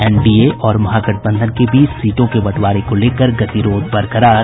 NDA और महागठबंधन के बीच सीटों के बंटवारे को लेकर गतिरोध बरकरार